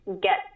get